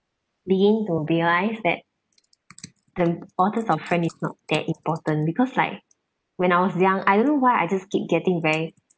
begin to realise that the importance of friend is not that important because like when I was young I don't know why I just keep getting very